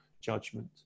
judgment